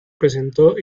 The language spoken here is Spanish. presentó